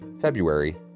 February